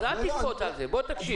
אז על תקפוץ על זה, בוא תקשיב.